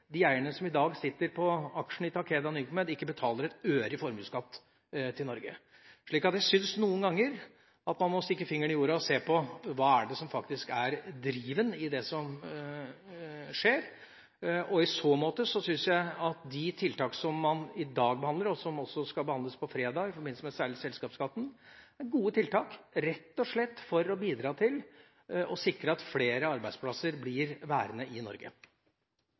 de eierne som i dag sitter på aksjene i Takeda Nycomed, ikke betaler en øre i formuesskatt til Norge. Jeg syns at man noen ganger må stikke fingeren i jorda og spørre: Hva er driven i det som skjer? I så måte syns jeg at de tiltak som man behandler i dag, og tiltak i forbindelse med særlig selskapsskatten, som skal behandles på fredag, er gode tiltak for rett og slett å bidra til å sikre at flere arbeidsplasser blir værende i Norge.